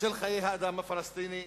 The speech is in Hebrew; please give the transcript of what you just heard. של חיי האדם הפלסטיני,